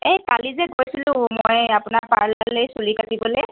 এই কালি যে গৈছিলোঁ মই আপোনাৰ পাৰ্লাৰলৈ চুলি কাটিবলৈ